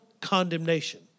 condemnation